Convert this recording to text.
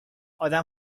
آدم